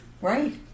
Right